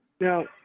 Now